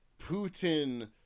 Putin